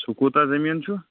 سُہ کوٗتاہ زٔمیٖن چھُ